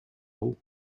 eau